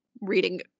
reading